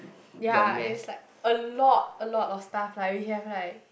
ya it's like a lot a lot of stuff like we have like